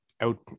out